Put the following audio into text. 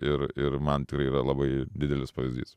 ir ir man tikrai yra labai didelis pavyzdys